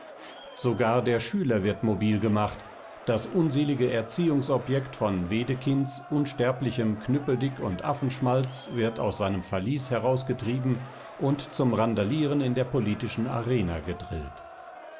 sogar der schüler wird mobil gemacht das unselige erziehungsobjekt von wedekinds unsterblichen knüppeldick und affenschmalz wird aus seinem verließ herausgetrieben und zum randalieren in der politischen arena gedrillt